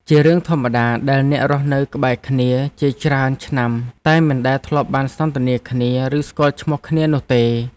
ជារឿងធម្មតាដែលអ្នករស់នៅក្បែរគ្នាជាច្រើនឆ្នាំតែមិនដែលធ្លាប់បានសន្ទនាគ្នា ឬស្គាល់ឈ្មោះគ្នានោះទេ។